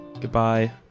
Goodbye